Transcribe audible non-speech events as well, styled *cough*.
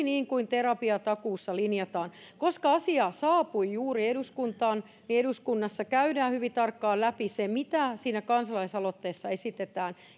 *unintelligible* niin kuin terapiatakuussa linjataan koska asia saapui juuri eduskuntaan eduskunnassa käydään hyvin tarkkaan läpi se mitä siinä kansalaisaloitteessa esitetään